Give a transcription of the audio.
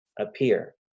appear